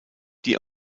die